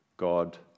God